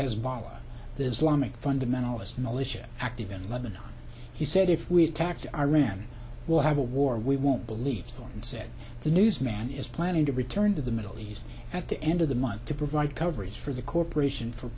hezbollah the islamic fundamentalist militia active in lebanon he said if we attacked iran we'll have a war we won't believe someone said the news man is planning to return to the middle east at the end of the month to provide coverage for the corporation for